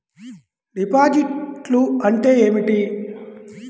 డిపాజిట్లు అంటే ఏమిటి?